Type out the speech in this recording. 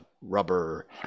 rubber